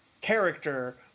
character